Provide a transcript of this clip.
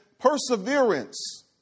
perseverance